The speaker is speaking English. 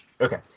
Okay